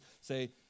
say